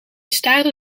staarde